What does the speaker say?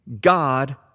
God